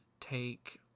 Take